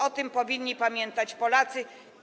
O tym powinni pamiętać Polacy.